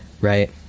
right